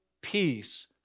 peace